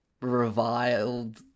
reviled